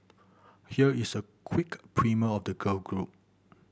here is a quick primer of the girl group